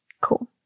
Cool